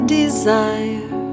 desire